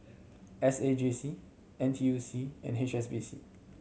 S A J C N T U C and H S B C